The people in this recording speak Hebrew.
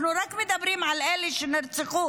אנחנו מדברים רק על אלה שנרצחו,